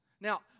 Now